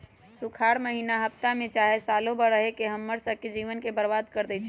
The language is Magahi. सुखार माहिन्ना हफ्ता चाहे सालों भर रहके हम्मर स के जीवन के बर्बाद कर देई छई